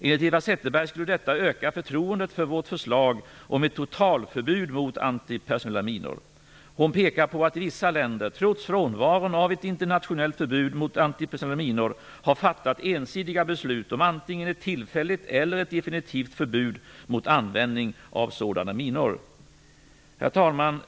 Enligt Eva Zetterberg skulle detta öka förtroendet för vårt förslag om ett totalförbud mot antipersonella minor. Hon pekar på att vissa länder, trots frånvaron av ett internationellt förbud mot antipersonella minor, har fattat ensidiga beslut om antingen ett tillfälligt eller ett definitivt förbud mot användning av sådana minor. Herr talman!